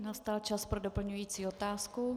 Nastal čas pro doplňující otázku.